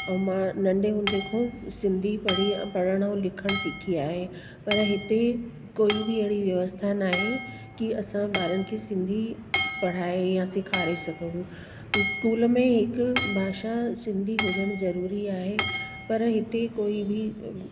ऐं मां नंढे हूंदे खां सिंधी पढ़णु सिखी आहे पर हिते कोइ बि अहिड़ी व्यवस्था न आहे की असां ॿारनि खे सिंधी पढ़ाए या सेखारे सघूं स्कूल में हिकु भाषा सिंधी हुजण जरूरी आहे पर हिते कोइ बि